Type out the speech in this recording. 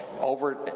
over